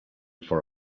for